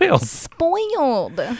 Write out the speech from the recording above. Spoiled